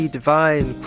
Divine